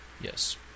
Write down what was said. Yes